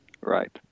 Right